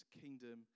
kingdom